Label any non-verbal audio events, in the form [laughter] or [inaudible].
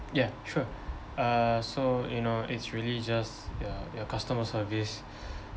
ya sure uh so you know it's really just your your customer service [breath]